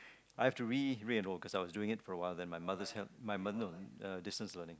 I've to re re-enroll doing it for a while then my mother help my uh no distance learning